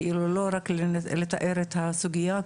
לא רק לתאר את הסוגייה,